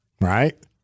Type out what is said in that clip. right